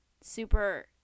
super